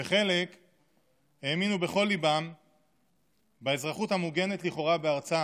וחלק האמינו בכל ליבם באזרחות המוגנת לכאורה בארצם,